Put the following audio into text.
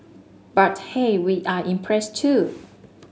but hey we are impressed too